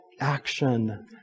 action